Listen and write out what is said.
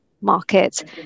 market